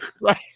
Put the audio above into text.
Right